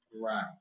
Right